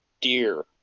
dear